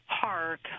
park